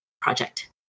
project